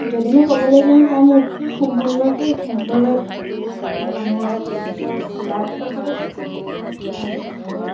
যদি মই ক'বলৈ যাওঁ তাই মোতকৈ সম্পূৰ্ণকৈ সম্পূৰ্ণই পৃথক মই মানুহৰ লগত বৰ খোলাকৈ কথা পাতোঁ কিন্তু তাই খোলাভাৱে কথা নাপাতে